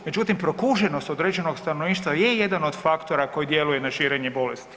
Međutim, prokuženost određenog stanovništva je jedan od faktora koji djeluje na širenje bolesti.